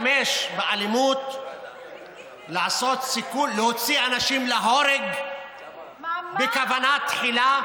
והשתמש באלימות להוציא אנשים להורג בכוונה תחילה,